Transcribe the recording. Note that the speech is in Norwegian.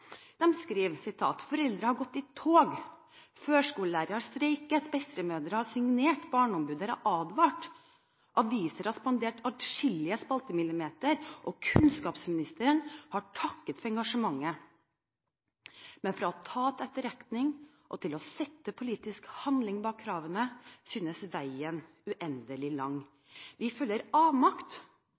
skriver: «Foreldre har gått i tog, førskolelærere har streiket, bestemødre har signert, Barneombudet har advart, aviser har spandert atskillige spaltemillimetere og Kunnskapsministeren har takket for engasjementet. Men fra å ta til etterretning og til å sette politisk handling bak kravene, synes veien uendelig lang.» Og videre: «Vi føler også avmakt